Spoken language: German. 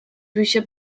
bücher